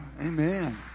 Amen